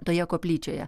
toje koplyčioje